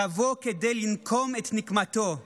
תבוא כדי לנקום את נקמתו.